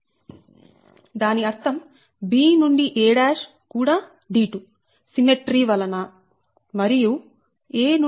దాని అర్థం b నుండి a కూడా d2 సిమ్మెట్రీ వలన మరియు a నుండి a d3 అవుతుంది